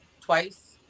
twice